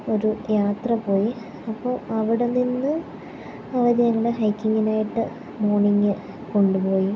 ഒരു യാത്ര പോയി അപ്പം അവിടെ നിന്ന് അവരെന്നെ ഹൈക്കിങ്ങിനായിട്ട് മോണിങ്ങ് കൊണ്ടുപോയി